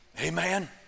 Amen